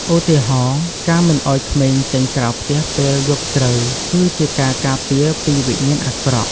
ឧទាហរណ៍ ការមិនឲ្យក្មេងចេញក្រៅផ្ទះពេលយប់ជ្រៅ គឺជាការការពារពីវិញ្ញាណអាក្រក់ ។